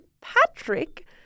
Patrick